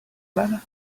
man